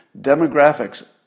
demographics